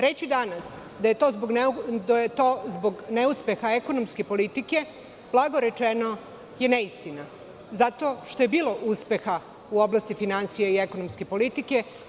Reći danas da je to zbog neuspeha ekonomske politike blago rečeno je neistina, zato što je bilo uspeha u oblasti finansija i ekonomske politike.